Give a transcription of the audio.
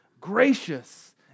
gracious